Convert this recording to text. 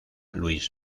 luis